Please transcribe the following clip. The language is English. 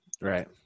right